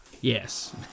Yes